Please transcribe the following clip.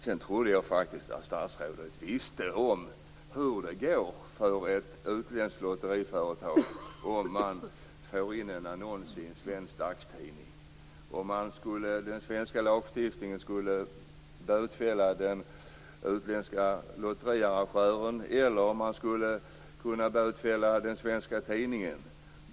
Sedan trodde jag faktiskt att statsrådet visste vad som hände om utländskt lotteriföretag vill annonsera i en svensk dagstidning, om den utländska lotteriarrangören skulle bötfällas enligt den svenska lagstiftningen eller om den svenska tidningen skulle bötfällas.